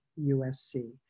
USC